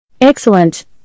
Excellent